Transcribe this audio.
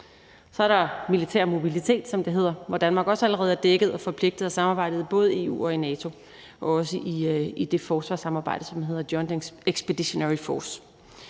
Så er der militær mobilitet, som det hedder, hvor Danmark også allerede er dækket og forpligtet af samarbejdet i både EU og NATO og også i det forsvarssamarbejde, som hedder Joint Expeditionary Force.